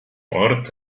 ort